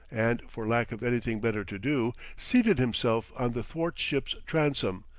and for lack of anything better to do, seated himself on the thwartships transom,